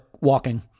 walking